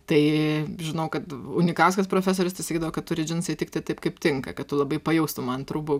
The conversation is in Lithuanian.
tai žinau kad unikauskas profesorius tai sakydavo kad turi džinsai tikti taip kaip tinka kad tu labai pajaustum ant rūbų